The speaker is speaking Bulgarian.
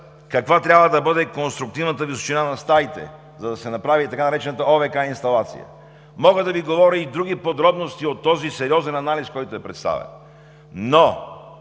каква трябва да бъде конструктивната височина на стаите, за да се направи така наречената ОВК инсталация. Мога да Ви говоря и други подробности от този сериозен анализ, който е представен, но